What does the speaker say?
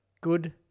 good